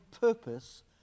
purpose